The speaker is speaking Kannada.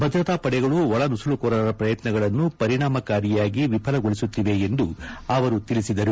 ಭದ್ರತಾ ಪಡೆಗಳು ಒಳನುಸುಳುಕೋರರ ಪ್ರಯತ್ನಗಳನ್ನು ಪರಿಣಾಮಕಾರಿಯಾಗಿ ವಿಫಲಗೊಳಿಸುತ್ತಿವೆ ಎಂದು ಅವರು ತಿಳಿಸಿದರು